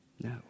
No